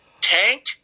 tank